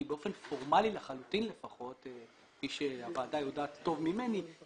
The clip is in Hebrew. באופן פורמלי לחלוטין לפחות - כפי שהוועדה יודעת טוב ממני,